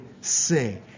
say